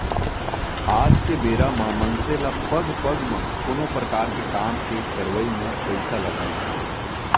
आज के बेरा म मनसे ल पग पग म कोनो परकार के काम के करवई म पइसा लगना हे